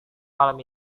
malam